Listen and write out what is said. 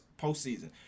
postseason